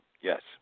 Yes